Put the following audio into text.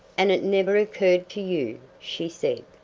and it never occurred to you, she said,